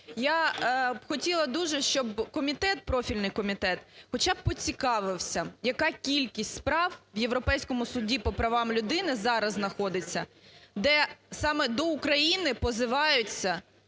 комітет, профільний комітет, хоча б поцікавився, яка кількість справ в Європейському суді по правам людини зараз знаходиться, де саме до України позиваються